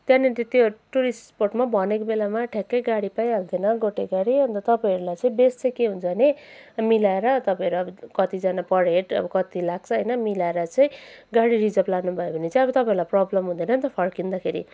त्यहाँनिर त्यो टुरिस्ट स्पटमा भनेको बेलामा ठ्याक्कै गाडी पाइहाल्दैन गोटे गाडी अन्त तपाईँहरूलाई चाहिँ बेस्ट चाहिँ के हुन्छ भने मिलाएर तपाईँहरू अब कतिजना पर हेड कति लाग्छ होइन मिलाएर चाहिँ गाडी रिजर्भ लानुभयो भने चाहिँ तपाईँहरूलाई प्रब्लम हुँदैन नि त फर्किँदाखेरि